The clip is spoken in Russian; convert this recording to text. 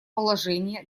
положение